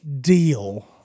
Deal